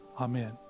amen